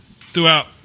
throughout